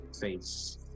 face